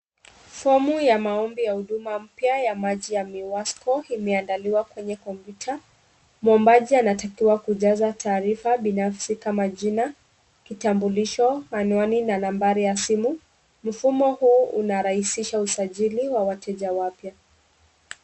Fomu ya maombi ya huduma mpya ya maji ya miwasco imeandaliwa kwenye kompyuta. Mwombaji anatakiwa kujaza taarifa binafsi kama jina, kitambulisho, anwani na nambari ya simu. Mfumo huu unarahisisha usajili wa wateja wapya.